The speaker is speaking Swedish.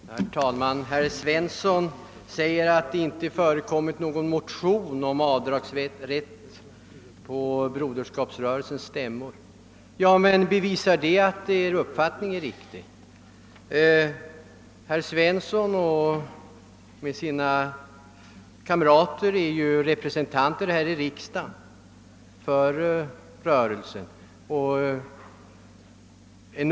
Herr talman! Herr Svensson i Kungälv sade att det på Broderskapsrörelsens stämmor inte har förekommit några motioner om den avdragsrätt vi här diskuterar — men bevisar det att er uppfattning är riktig? Herr Svensson och hans kamrater i rörelsen sitter ju här i riksdagen och deklarerar här sin uppfattning i frågan.